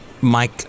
Mike